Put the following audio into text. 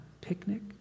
picnic